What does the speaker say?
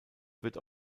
wird